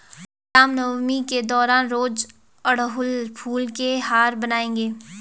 रामनवमी के दौरान रोज अड़हुल फूल के हार बनाएंगे